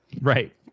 Right